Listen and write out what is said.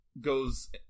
goes